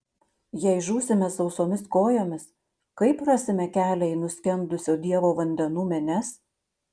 jei žūsime sausomis kojomis kaip rasime kelią į nuskendusio dievo vandenų menes